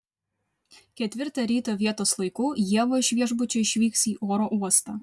ketvirtą ryto vietos laiku ieva iš viešbučio išvyks į oro uostą